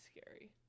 scary